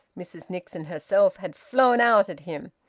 mrs nixon herself had flown out at him,